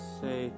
say